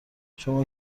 شما